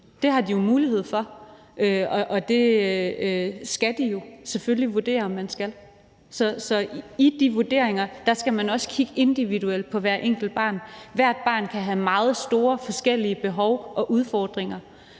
Det har de jo mulighed for, og det skal de jo selvfølgelig vurdere om de skal. Så i de vurderinger skal man også kigge individuelt på hvert enkelt barn. Hvert barn kan have meget store og forskellige behov og udfordringer,